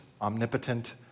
omnipotent